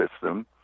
system